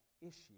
issue